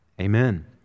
Amen